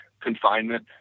confinement